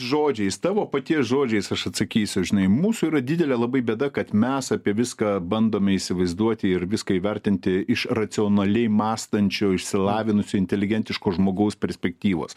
žodžiais tavo paties žodžiais aš atsakysiu žinai mūsų yra didelė labai bėda kad mes apie viską bandome įsivaizduoti ir viską įvertinti iš racionaliai mąstančio išsilavinusio inteligentiško žmogaus perspektyvos